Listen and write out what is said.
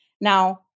Now